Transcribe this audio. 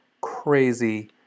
crazy